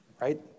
right